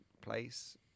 place